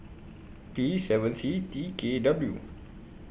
P seven C T K W